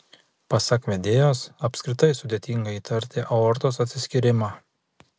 pasak vedėjos apskritai sudėtinga įtarti aortos atsiskyrimą